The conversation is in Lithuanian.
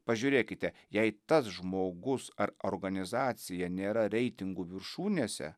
pažiūrėkite jei tas žmogus ar organizacija nėra reitingų viršūnėse